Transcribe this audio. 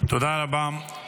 תודה רבה.